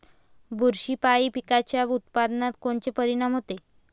बुरशीपायी पिकाच्या उत्पादनात कोनचे परीनाम होते?